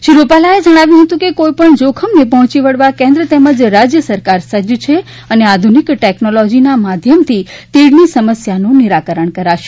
શ્રી રૂપાલાએ ણાવ્યું હતું કે કોઇપણ ોખમને પહોંચી વળવા કેન્દ્ર તેમ રાજ્ય સરકાર સજ છે અને આધુનિક ટેકનોલોજીના માધ્યમથી તીડની સમસ્યાનું નિરાકરણ કરાશે